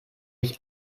ich